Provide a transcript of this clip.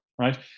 right